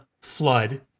flood